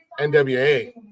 NWA